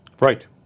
Right